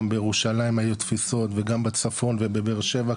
גם בירושלים היו תפיסות וגם בצפון ובבאר שבע,